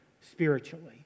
spiritually